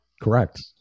Correct